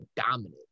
dominate